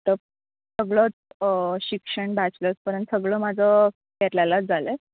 तर सगळं शिक्षण बॅचलर्सपर्यंत सगळं माझं केरलालाच झालं आहे